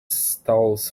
stalls